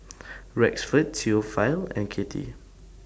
Rexford Theophile and Katie